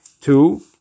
two